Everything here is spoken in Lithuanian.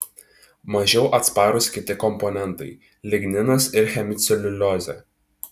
mažiau atsparūs kiti komponentai ligninas ir hemiceliuliozė